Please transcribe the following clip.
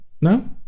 No